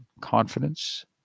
confidence